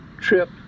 Trip